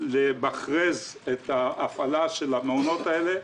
לצאת למכרז להפעלה של המעונות האלה,